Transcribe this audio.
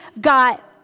got